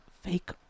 fake